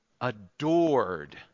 adored